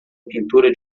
pintura